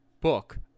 book